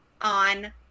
on